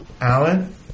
Alan